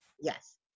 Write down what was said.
Yes